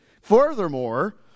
Furthermore